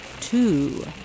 two